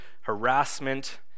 harassment